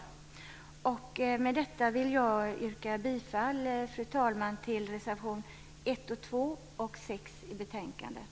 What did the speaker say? Med detta, fru talman, vill jag yrka bifall till reservationerna 1, 2 och 6 i betänkandet.